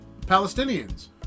Palestinians